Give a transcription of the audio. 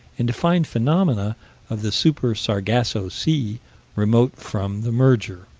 and to find phenomena of the super-sargasso sea remote from the merger